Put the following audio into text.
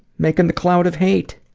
making the cloud of hate.